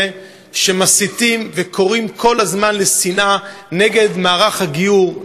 שמסיתים וקוראים כל הזמן לשנאה נגד מערך הגיור,